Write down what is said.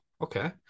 okay